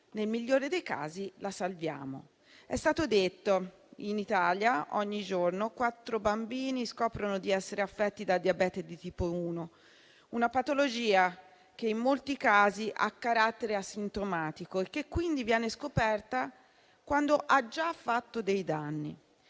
nel migliore dei casi, la salviamo. Come è stato detto, in Italia ogni giorno quattro bambini scoprono di essere affetti da diabete di tipo 1, una patologia che in molti casi ha carattere asintomatico e che quindi viene scoperta quando ha già fatto dei danni.